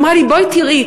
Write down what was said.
היא אמרה לי: בואי תראי,